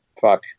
fuck